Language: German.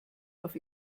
auf